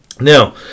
Now